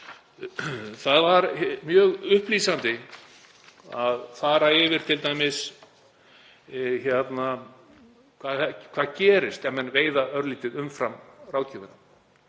Það var mjög upplýsandi að fara yfir hvað gerist ef menn veiða örlítið umfram ráðgjöfina.